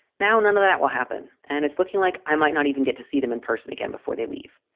now, none of that will happen. and it's looking like i might not even get to see them in person again before they leave.